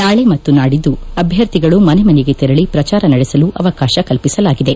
ನಾಳೆ ಮತ್ತು ನಾಡಿದ್ದು ಅಭ್ಯರ್ಥಿಗಳು ಮನೆ ಮನೆಗೆ ತೆರಳಿ ಪ್ರಚಾರ ನಡೆಸಲು ಅವಕಾಶ ಕಲ್ಪಿಸಲಾಗಿದೆ